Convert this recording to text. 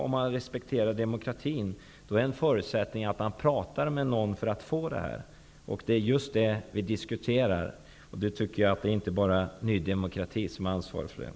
Om man respekterar demokratin, förutsätter det att man pratar med någon för att få denna majoritet. Det är just det vi nu diskuterar. Det är inte bara Ny demokrati som har ansvaret för detta.